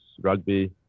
rugby